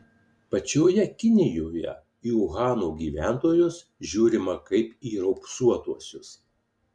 pačioje kinijoje į uhano gyventojus žiūrima kaip į raupsuotuosius